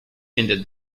ended